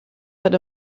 that